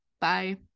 Bye